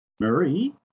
Marie